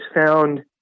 found